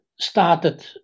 started